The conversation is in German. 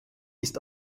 ist